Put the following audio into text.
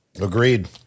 agreed